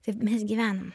taip mes gyvenom